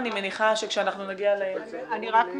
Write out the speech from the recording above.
אני רק מציעה,